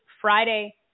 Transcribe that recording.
Friday